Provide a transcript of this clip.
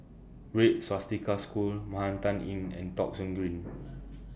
Red Swastika School Manhattan Inn and Thong Soon Green